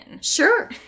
Sure